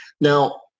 Now